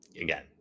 again